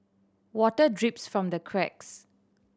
water drips from the cracks